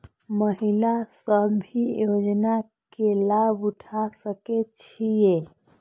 महिला सब भी योजना के लाभ उठा सके छिईय?